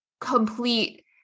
complete